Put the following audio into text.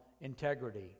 integrity